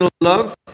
love